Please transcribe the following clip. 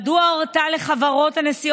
(קוראת בשמות חברי הכנסת)